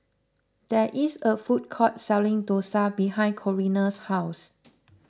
there is a food court selling Dosa behind Corrina's house